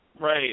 Right